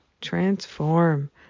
transform